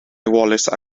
wallace